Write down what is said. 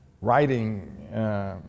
writing